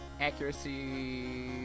Accuracy